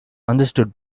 understood